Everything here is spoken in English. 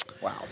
Wow